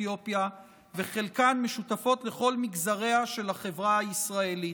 אתיופיה וחלקן משותפות לכל מגזריה של החברה הישראלית.